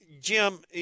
Jim